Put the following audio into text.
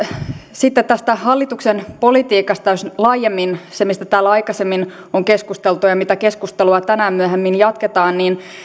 sitten tästä hallituksen politiikasta laajemmin mistä täällä aikaisemmin on keskusteltu ja mitä keskustelua tänään myöhemmin jatketaan